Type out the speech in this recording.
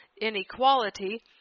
Inequality